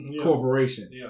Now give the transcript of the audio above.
Corporation